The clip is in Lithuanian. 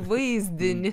į vaizdinį